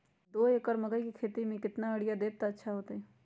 दो एकड़ मकई के खेती म केतना यूरिया देब त अच्छा होतई?